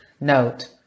Note